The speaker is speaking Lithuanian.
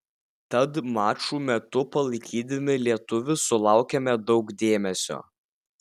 tad mačų metu palaikydami lietuvius sulaukėme daug dėmesio